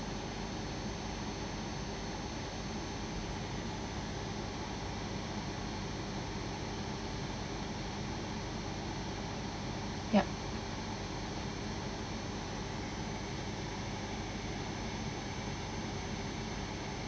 yup